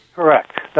Correct